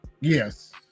Yes